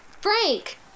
Frank